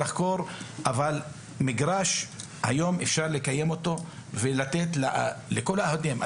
אבל המגרש היום אפשר לקיים בו משחקים ולתת לכל האוהדים להיכנס.